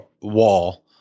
Wall